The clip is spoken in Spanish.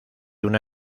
una